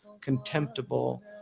contemptible